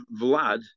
Vlad